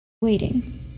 waiting